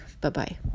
Bye-bye